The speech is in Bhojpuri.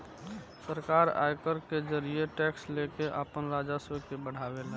सरकार आयकर के जरिए टैक्स लेके आपन राजस्व के बढ़ावे ले